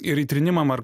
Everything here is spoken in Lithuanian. ir įtrynimam ar